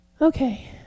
Okay